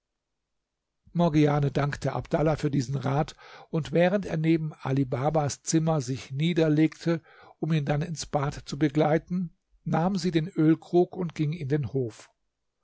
morgiane dankte abdallah für diesen rat und während er neben ali babas zimmer sich niederlegte um ihn dann ins bad zu begleiten nahm sie den ölkrug und ging in den hof